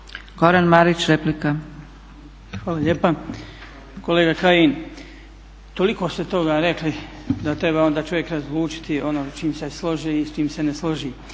Goran (HDZ)** Hvala lijepa. Kolega Kajin toliko ste toga rekli da treba onda čovjek razlučiti ono s čim se složi i s čim se ne složi.